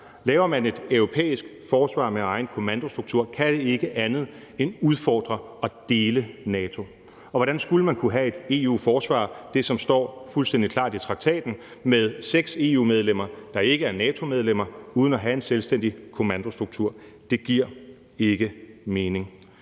Laver man et europæisk forsvar med egen kommandostruktur, kan det ikke andet end udfordre og dele NATO. Hvordan skulle man kunne have et EU-forsvar – det, som står fuldstændig klart i traktaten – med seks EU-medlemmer, der ikke er NATO-medlemmer, uden at have en selvstændig kommandostruktur? Det giver ikke mening.